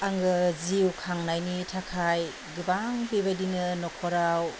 आङो जिउ खांनायनि थाखाय गोबां बेबादिनो न'खराव